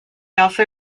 also